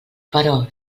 però